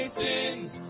sins